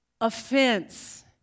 offense